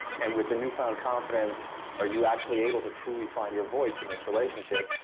and with the newfound confidence, are you actually able to truly find your voice in this relationship,